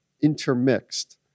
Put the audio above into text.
intermixed